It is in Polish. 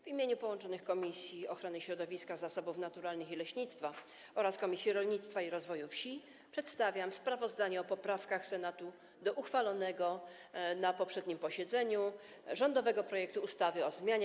W imieniu połączonych Komisji Ochrony Środowiska, Zasobów Naturalnych i Leśnictwa oraz Komisji Rolnictwa i Rozwoju Wsi przedstawiam sprawozdanie o poprawkach Senatu do uchwalonego na poprzednim posiedzeniu rządowego projektu ustawy o zmianie